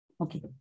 Okay